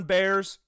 Bears